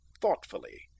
thoughtfully